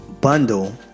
bundle